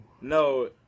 No